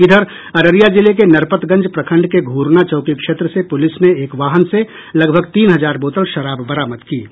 इधर अररिया जिले के नरपतगंज प्रखंड के घूरना चौकी क्षेत्र से पुलिस ने एक वाहन से लगभग तीन हजार बोतल शराब बरामद की है